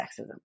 sexism